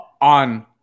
on